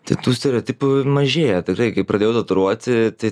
tai tų stereotipų mažėja tikrai kai pradėjau tatuiruoti tai